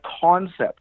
concept